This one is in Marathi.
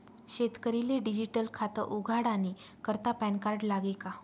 शेतकरीले डिजीटल खातं उघाडानी करता पॅनकार्ड लागी का?